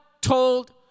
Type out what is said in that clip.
told